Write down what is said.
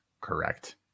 correct